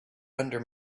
under